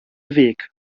weg